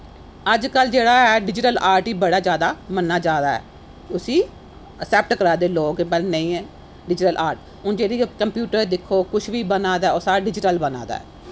अजकल्ल जेह्ड़ा ऐ डिजिटल आर्ट बड़ा जैदा मन्नेआ जा दा ऐ उस्सी असैप्ट करा दे लोग पर नेईं डिजिटल आर्ट हून कंप्यूटर दिक्खो सारा कुछ जो बी बना दा ऐ डिजिटल बना दा ऐ